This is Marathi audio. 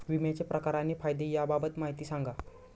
विम्याचे प्रकार आणि फायदे याबाबत माहिती सांगा